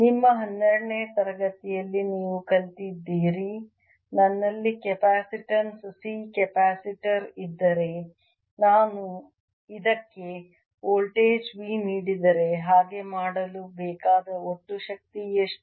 ನಿಮ್ಮ ಹನ್ನೆರಡನೇ ತರಗತಿಯಲ್ಲಿ ನೀವು ಕಲಿತಿದ್ದೀರಿ ನನ್ನಲ್ಲಿ ಕೆಪಾಸಿಟನ್ಸ್ C ಕೆಪಾಸಿಟರ್ ಇದ್ದರೆ ಮತ್ತು ನಾನು ಇದಕ್ಕೆ ವೋಲ್ಟೇಜ್ V ನೀಡಿದರೆ ಹಾಗೆ ಮಾಡಲು ಬೇಕಾದ ಒಟ್ಟು ಶಕ್ತಿ ಎಷ್ಟು